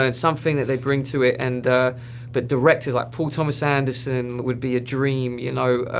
and something that they bring to it. and the but directors, like paul thomas anderson would be a dream. you know